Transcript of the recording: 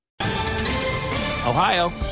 Ohio